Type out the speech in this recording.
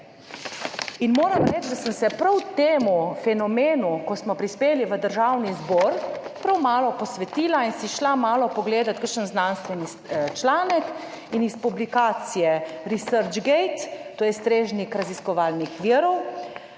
In moram reči, da sem se prav temu fenomenu, ko smo prispeli v Državni zbor, prav malo posvetila in si šla malo pogledat, kakšen znanstveni članek. In iz publikacije ResearchGate, to je strežnik raziskovalnih virov,